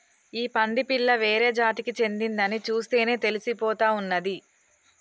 ఈ పంది పిల్ల వేరే జాతికి చెందిందని చూస్తేనే తెలిసిపోతా ఉన్నాది